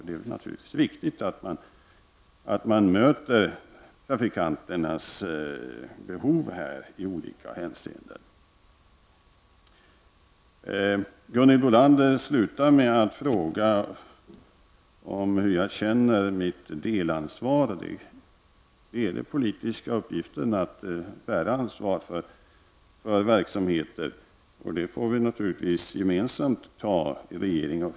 Det är naturligtvis viktigt att man möter trafikanternas behöv i olika hänseenden. Gunhild Bolander avslutade sitt anförande med att fråga hur jag upplever mitt delansvar. Det är den politiska uppgiften att bära ansvar för verksamheter, och det ansvaret får vi i regering och riksdag gemensamt ta.